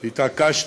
התעקשת,